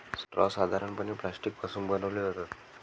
straw साधारणपणे plastic पासून बनवले जातात